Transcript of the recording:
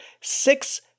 six